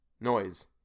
Noise